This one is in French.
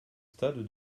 stade